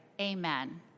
amen